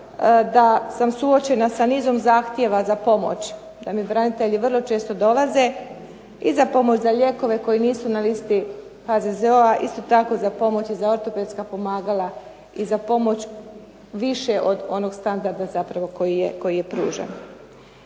da sam suočena sa nizom zahtjeva za pomoć, da mi branitelji vrlo često dolaze i za pomoć za lijekove koje nisu na listi HZZO-a isto tako za pomoć i za ortopedska pomagala i za pomoć više od onog standarda koji je zapravo pružen.